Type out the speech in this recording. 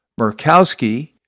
Murkowski